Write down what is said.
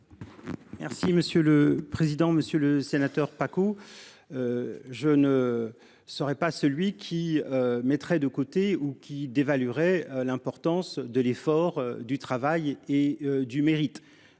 Merci monsieur le président, Monsieur le Sénateur Paco. Je ne serai pas celui qui mettrait de côté ou qui d'évaluerait l'importance de l'effort, du travail et du mérite.